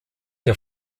der